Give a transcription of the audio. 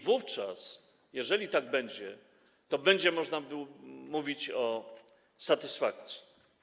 Wówczas, jeżeli tak będzie, to będzie można mówić o satysfakcji.